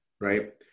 Right